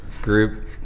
Group